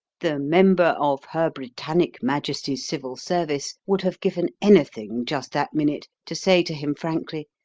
the member of her britannic majesty's civil service would have given anything just that minute to say to him frankly,